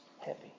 heavy